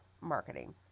Marketing